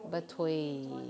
betul